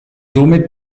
somit